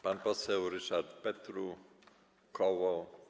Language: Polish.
Pan poseł Ryszard Petru, koło.